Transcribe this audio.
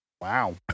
Wow